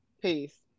Peace